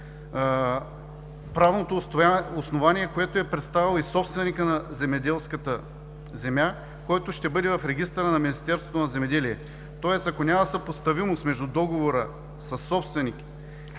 правното основание, което е представил и собственикът на земеделската земя, който ще бъде в регистъра на Министерството на земеделието. Тоест, ако няма съпоставимост между договора съсобственик